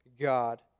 God